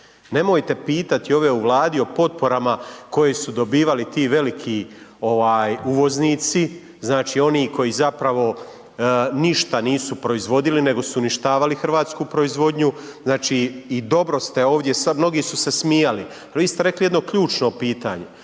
Nemojte pitati ove u Vladi o potporama koje su dobivali ti veliki ovaj uvoznici, znači oni koji zapravo ništa nisu proizvodili nego su uništavali hrvatsku proizvodnju i dobro ste ovdje, mnogi su se smijali, ali vi ste rekli jedno ključno pitanje,